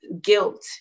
guilt